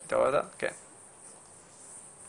לא שומעים אותך והבעיה לא אצלנו.